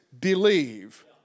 believe